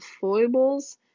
foibles